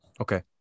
okay